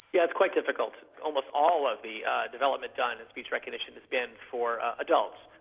yeah, it's quite difficult. almost all of the development done in speech recognition has been for adults.